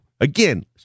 again